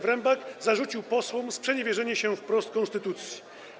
Wyrembak zarzucił posłom sprzeniewierzenie się wprost konstytucji.